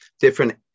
different